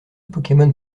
pokemon